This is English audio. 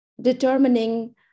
determining